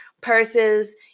purses